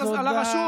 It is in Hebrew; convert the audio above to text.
תודה.